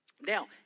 Now